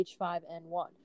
H5N1